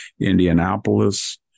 Indianapolis